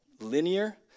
linear